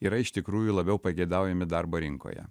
yra iš tikrųjų labiau pageidaujami darbo rinkoje